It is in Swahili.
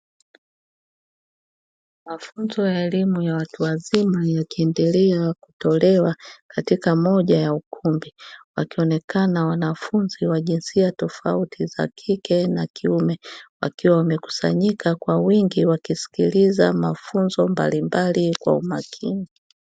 Mafunzo ya elimu ya watu wazima yakiendelea kutolewa katika moja ya ukumbi, wakionekana wanafunzi wa jinsia tofauti za wakike na kiume wakiwa wamekusanyika kwa wingi wakisikiliza mafunzo mbalimbali kwa umakini.